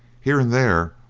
here and there,